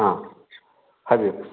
ꯑ ꯍꯥꯏꯕꯤꯌꯨ